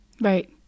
right